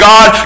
God